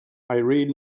irene